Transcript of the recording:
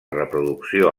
reproducció